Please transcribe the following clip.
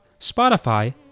Spotify